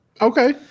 Okay